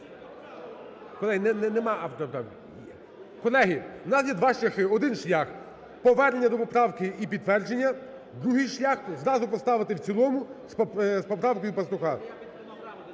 Колеги, у нас є два шляхи. Один шлях – повернення до поправки і підтвердження. Другий шлях – зразу поставити в цілому з поправкою Пастуха.